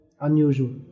Unusual